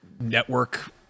network